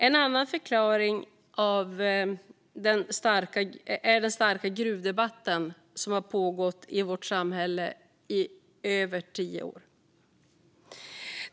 En annan förklaring är den starka gruvdebatten, som pågått i vårt samhälle i över tio år.